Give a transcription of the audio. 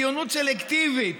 "ציונות סלקטיבית".